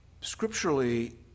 scripturally